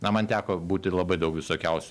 na man teko būti labai daug visokiausių